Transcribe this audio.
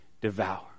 devour